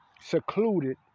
secluded